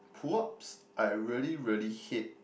pull ups I really really hate